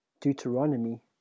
Deuteronomy